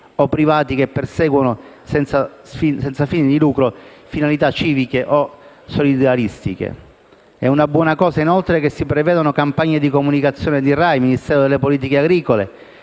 o privati che perseguono, senza fini di lucro, finalità civiche o solidaristiche. È una buona cosa, inoltre, che si prevedano campagne di comunicazione di RAI, Ministero delle politiche agricole,